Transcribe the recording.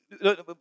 no